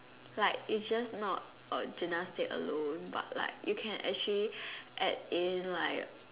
like it's just not uh gymnastics alone but like you can actually add in like